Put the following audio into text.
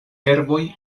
herboj